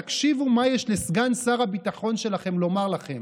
תקשיבו מה יש לסגן שר הביטחון שלכם לומר לכם.